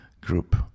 group